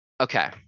Okay